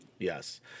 Yes